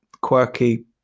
quirky